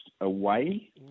away